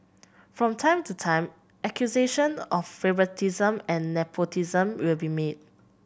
from time to time accusation of favouritism and nepotism will be made